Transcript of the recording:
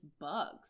bugs